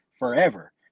forever